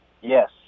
Yes